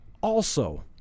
Also-